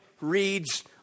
reads